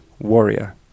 warrior